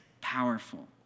powerful